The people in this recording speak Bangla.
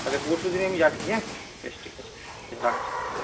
তাহলে পরশুদিন আমি যাচ্ছি হ্যাঁ বেশ ঠিক আছে রাখছি হুম